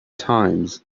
times